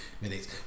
minutes